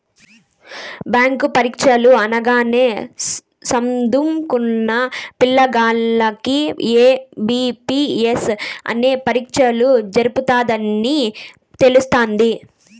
bank పరీచ్చలు అనగానే సదుంకున్న పిల్లగాల్లకి ఐ.బి.పి.ఎస్ అనేది పరీచ్చలు జరపతదని తెలస్తాది